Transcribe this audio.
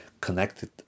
connected